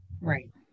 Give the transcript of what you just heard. Right